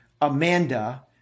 amanda